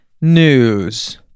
news